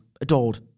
adored